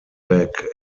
back